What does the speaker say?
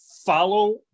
follow